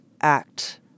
act